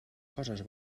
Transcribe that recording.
coses